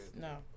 no